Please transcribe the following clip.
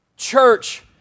Church